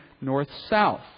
north-south